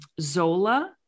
zola